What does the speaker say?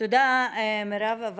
תודה מרב.